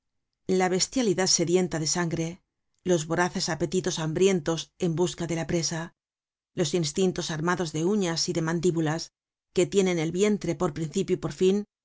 la bestialidad sedienta de sangre los voraces apetitos hambrientos en busca de la presa los instintos armados de uñas y de mandíbulas que tienen el vientre por principio y por fin